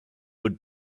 would